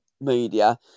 media